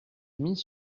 mis